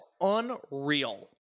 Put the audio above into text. Unreal